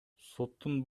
соттун